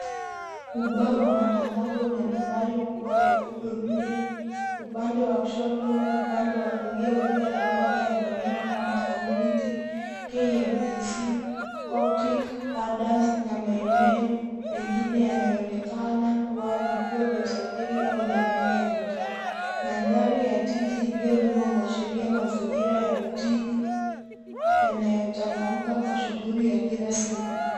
Ubao wa matangazo una nambari kubwa nyekundu nne upande wa kushoto huku upande wa kulia ukiwa na orodha ya maneno kama Community , KMTC , Coptic[c]s, Adam's na maeneo mengine yanayoonekana kuwa vituo vya usafiri au maeneo ya mitaa. Mandhari ya jiji iliyo nyuma huashiria mazingira ya mijini yanayochangamka kwa shughuli ya kila siku.